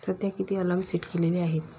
सध्या किती alarm set केलेले आहेत